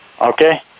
Okay